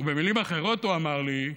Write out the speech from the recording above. ובמילים אחרות הוא אמר לי: